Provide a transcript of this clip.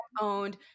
owned